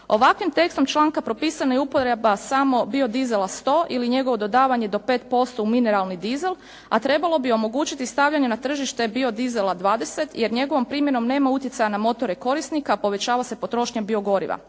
Ovakvim tekstom članka propisana je uporaba samo biodisela 100 ili njegovo dodavanje do 5% u mineralni disel a trebalo bi omogućiti stavljanje na tržište biodisela 20 jer njegovom primjenom nema utjecaja na motore korisnika a povećava se potrošnja biogoriva.